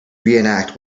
reenact